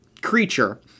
creature